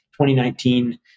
2019